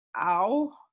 ow